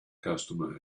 customer